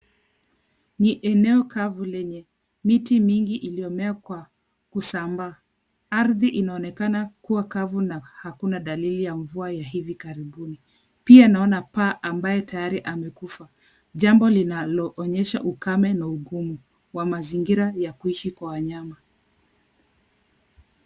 Ni eneo kavu lenye miti mingi iliyomea kwa kusambaa. Ardhi inaonekana kuwa kavu na hakuna dalili ya mvua ya hivi karibuni. Pia naona paa ambaye tayari amekufa, jambo linaloonyesha ukame na ugumu wa mazingira ya kuishi kwa wanyama.